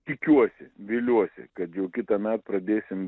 tikiuosi viliuosi kad jau kitąmet pradėsim